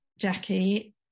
Jackie